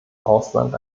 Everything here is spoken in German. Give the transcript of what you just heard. ausland